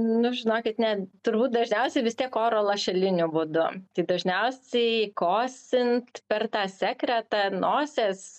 nu žinokit ne turbūt dažniausiai vis tiek oro lašeliniu būdu tai dažniausiai kosint per tą sekretą nosies